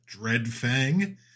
Dreadfang